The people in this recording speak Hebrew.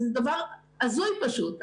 זה דבר הזוי פשוט.